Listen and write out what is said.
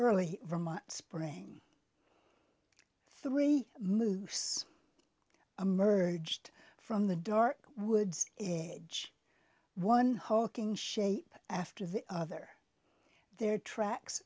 early spring three moves emerged from the dark woods edge one hawking shape after the other their tracks